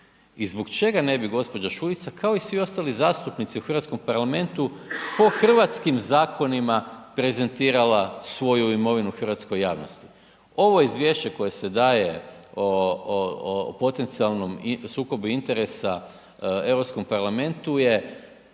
i zbog čega ne bi gđa. Šuica kao i svi ostali zastupnici u Hrvatskom parlamentu po hrvatskim zakonima prezentirala svoju imovinu hrvatskoj javnosti. Ovo izvješće koje se daje o, o, o potencijalnom sukobu interesa Europskom parlamentu je